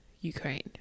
Ukraine